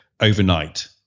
overnight